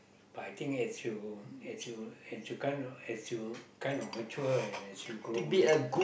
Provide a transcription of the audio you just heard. but I think as you as you as you kind of as you kind of mature and as you grow older